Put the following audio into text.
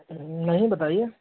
नहीं बताइए